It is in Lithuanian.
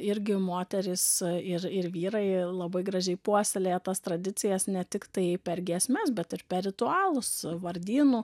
irgi moterys ir ir vyrai labai gražiai puoselėja tas tradicijas ne tiktai per giesmes bet ir per ritualus vardynų